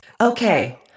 Okay